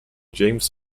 james